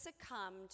succumbed